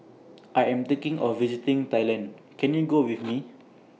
I Am thinking of visiting Thailand Can YOU Go with Me